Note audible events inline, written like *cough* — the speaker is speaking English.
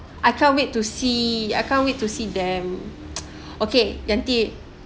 I can't wait to see I can't wait to see them *noise* okay Yanti